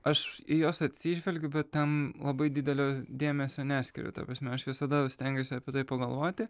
aš į juos atsižvelgiu bet tam labai didelio dėmesio neskiriu ta prasme aš visada stengiuosi apie tai pagalvoti